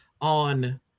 on